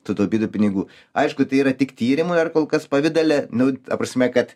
sutaupytų pinigų aišku tai yra tik tyrimai ar kol kas pavidale nu ta prasme kad